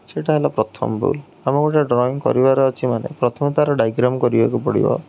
ସେଇଟା ହେଲା ପ୍ରଥମ ଭୁଲ୍ ଆମେ ଗୋଟେ ଡ୍ରଇଂ କରିବାର ଅଛି ମାନେ ପ୍ରଥମେ ତା'ର ଡାଇଗ୍ରାମ୍ କରିବାକୁ ପଡ଼ିବ